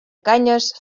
canyes